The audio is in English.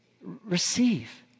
Receive